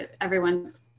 everyone's